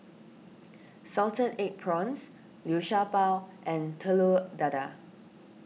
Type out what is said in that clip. Salted Egg Prawns Liu Sha Bao and Telur Dadah